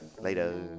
later